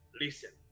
listen